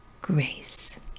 grace